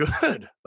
good